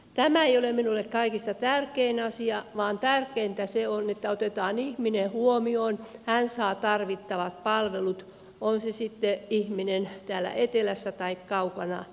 tämä ei ole minulle kaikista tärkein asia vaan tärkeintä on se että otetaan ihminen huomioon hän saa tarvittavat palvelut on se ihminen sitten täällä etelässä tai kaukana lapissa